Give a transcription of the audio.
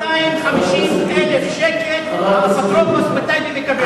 250,000 שקל האפוטרופוס בטייבה מקבל.